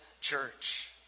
church